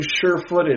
sure-footed